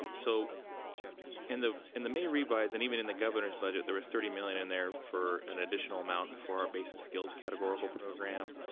um so in the in the may revise and even in the governor's budget there was thirty million and dollars for and additional amounts for basic skills categorical program.